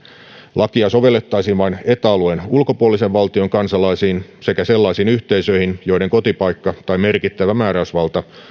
lakia sovellettaisiin vain eta alueen ulkopuolisen valtion kansalaisiin sekä sellaisiin yhteisöihin joiden kotipaikka tai merkittävä määräysvalta